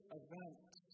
event